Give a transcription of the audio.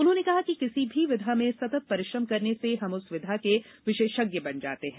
उन्होंने कहा कि किसी भी विधा में सतत परिश्रम करने से हम उस विधा के विशेषज्ञ बन जाते हैं